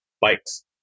bikes